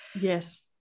Yes